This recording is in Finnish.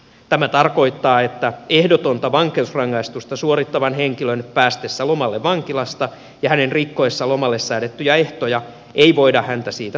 tämä tarkoittaa että ehdotonta vankeusrangaistusta suorittavan henkilön päästessä lomalle vankilasta ja hänen rikkoessaan lomalle säädettyjä ehtoja häntä ei voida siitä tuomita rangaistukseen